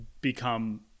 become